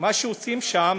מה שעושים שם,